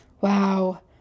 Wow